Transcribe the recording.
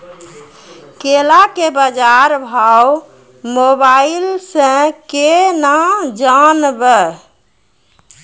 केला के बाजार भाव मोबाइल से के ना जान ब?